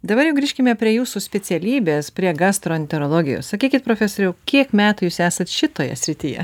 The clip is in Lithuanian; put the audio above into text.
dabar jau grįžkime prie jūsų specialybės prie gastroenterologijos sakykit profesoriau kiek metų jūs esat šitoje srityje